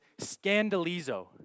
scandalizo